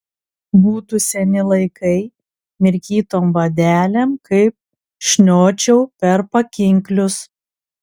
būtų seni laikai mirkytom vadelėm kaip šniočiau per pakinklius